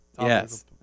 Yes